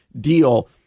deal